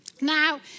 now